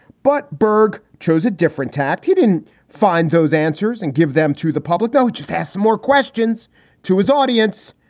but berg chose a different tact. you didn't find those answers and give them to the public, though. it just has more questions to his audience.